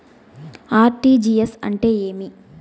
RTGS అంటే ఏమి